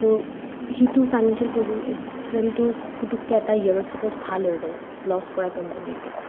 চ' সিটো ফাইনেঞ্চিয়েল পজিশ্যনটো পুতুক্কে এটা ইয়েৰত চাপজ ভাল হৈ গ'ল ল'চ কৰা কোম্পেনীৰটো